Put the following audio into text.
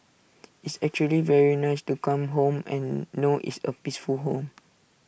it's actually very nice to come home and know it's A peaceful home